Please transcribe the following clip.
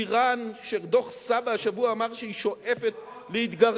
אירן, שדוח סבא"א השבוע אמר שהיא שואפת להתגרען,